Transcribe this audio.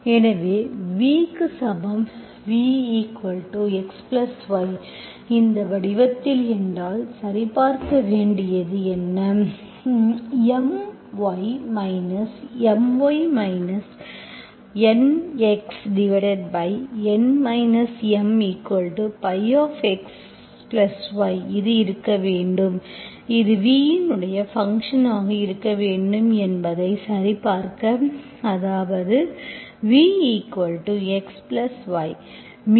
எனவே v க்கு சமம் vxy இந்த வடிவத்தில் என்றால் சரிபார்க்க வேண்டியது எனது My NxN M xy இது இருக்க வேண்டும் இது v இன் ஃபங்க்ஷன் ஆக இருக்க வேண்டும் என்பதை சரிபார்க்க அதாவது vxy